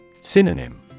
Synonym